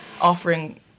offering